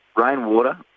Rainwater